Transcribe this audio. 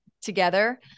together